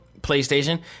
PlayStation